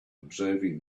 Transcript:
observing